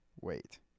Wait